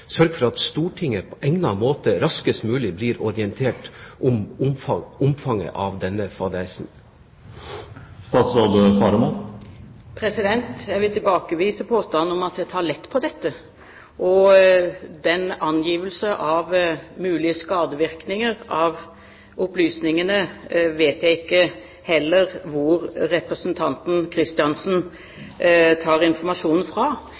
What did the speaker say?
sørge for at Stortinget på egnet måte raskest mulig blir orientert om omfanget av denne fadesen? Jeg vil tilbakevise påstanden om at jeg tar lett på dette. Og når det gjelder angivelsen av mulige skadevirkninger av disse opplysningene, vet jeg heller ikke hvor representanten Kristiansen tar informasjonen fra.